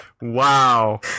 wow